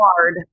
hard